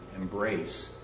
embrace